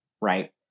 right